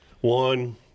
one